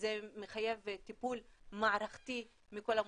וזה מחייב טיפול מערכתי מכל המוסדות.